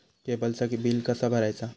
केबलचा बिल कसा भरायचा?